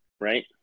right